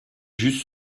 juste